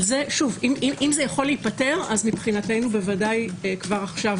אם זה יכול להיפתר, מבחינתנו, כבר עכשיו